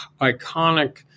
iconic